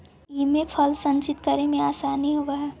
इमे फल संचित करे में आसानी होवऽ हई